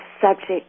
subject